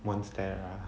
monstera